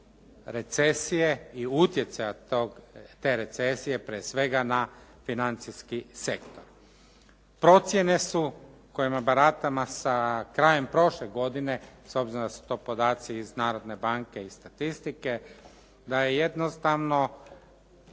recesije i utjecaja te recesije, prije svega na financijski sektor. Procjene su kojima baratamo sa krajem prošle godine, s obzirom da su to podaci iz Narodne banke i statistike da je jednostavno